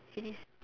finish